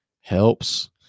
helps